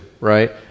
right